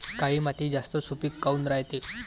काळी माती जास्त सुपीक काऊन रायते?